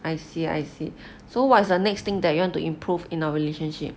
I see I see so what's the next thing that you want to improve in our relationship